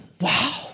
Wow